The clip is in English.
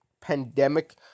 pandemic